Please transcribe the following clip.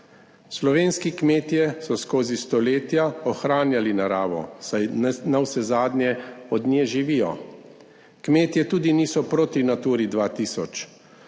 Slovenski kmetje so skozi stoletja ohranjali naravo, saj navsezadnje od nje živijo. Kmetje tudi niso proti Naturi 2000.